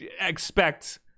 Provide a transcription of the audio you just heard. expect